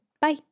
Bye